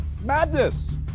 madness